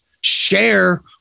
share